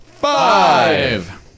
Five